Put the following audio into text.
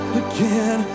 again